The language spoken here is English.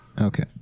Okay